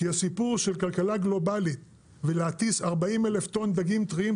כי הסיפור של כלכלה גלובלית ולהטיס 40 אלף טון דגים טריים,